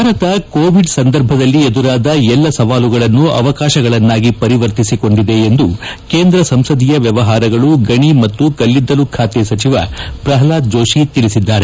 Bharat Covid ಸಂದರ್ಭದಲ್ಲಿ ಎದುರಾದ ಎಲ್ಲೂ ಸವಾಲುಗಳನ್ನು ಅವಕಾಶಗಳನ್ನಾಗಿ ಪರಿವರ್ತಿಸಿಕೊಂಡಿದೆ ಎಂದು ಕೇಂದ್ರ ಸಂಸದೀಯ ವ್ಯವಹಾರಗಳು ಗಣಿ ಮತ್ತು ಕಲ್ಲಿದ್ದಲು ಸಚಿವ ಪ್ರಹ್ಲಾದ್ ಜೋತಿ ಹೇಳಿದ್ದಾರೆ